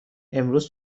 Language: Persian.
امروز